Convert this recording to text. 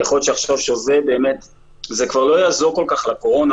זה כבר לא יעזור כל כך לתקופת הקורונה